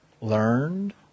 learned